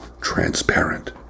transparent